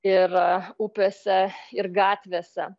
ir upėse ir gatvėse